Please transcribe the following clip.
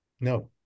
No